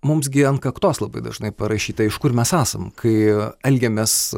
mums gi ant kaktos labai dažnai parašyta iš kur mes esam kai elgiamės